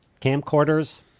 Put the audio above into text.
camcorders